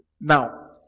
now